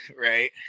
right